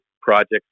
project